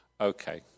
okay